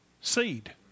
seed